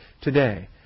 Today